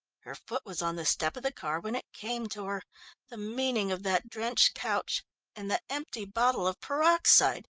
her foot was on the step of the car when it came to her the meaning of that drenched couch and the empty bottle of peroxide.